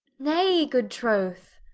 nay, good troth